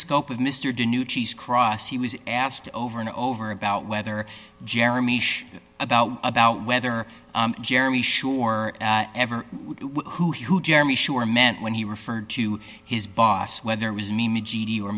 scope of mr dinu cheese cross he was asked over and over about whether jeremy about about whether jeremy shore ever who who jeremy sure meant when he referred to his boss whether it was me me g d or